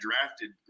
drafted